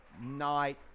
night